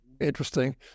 interesting